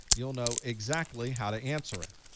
you'll know exactly how to answer it.